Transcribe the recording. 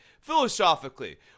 philosophically